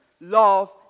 love